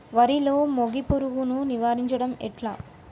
వరిలో మోగి పురుగును నివారించడం ఎట్లా?